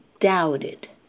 doubted